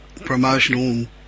promotional